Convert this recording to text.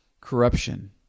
corruption